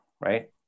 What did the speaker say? right